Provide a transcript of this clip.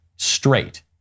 straight